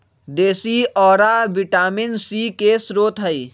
देशी औरा vitamin C के स्रोत हई